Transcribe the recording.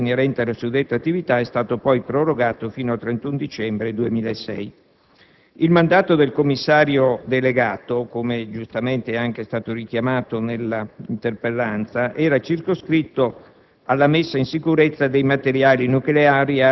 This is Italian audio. Con successivi provvedimenti lo stato di emergenza inerente alla suddetta attività è stato, poi, prorogato fino al 31 dicembre 2006. Il mandato del commissario delegato - come giustamente è stato anche richiamato nell'interpellanza - era circoscritto